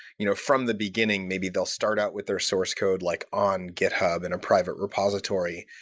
you know from the beginning, maybe they'll start out with their source code like on github, in a private repository,